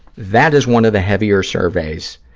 that is one of the heavier surveys